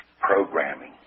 programming